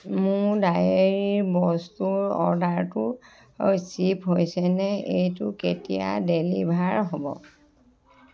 মোৰ ডায়েৰীৰ বস্তুৰ অৰ্ডাৰটো শ্বিপ হৈছেনে এইটো কেতিয়া ডেলিভাৰ হ'ব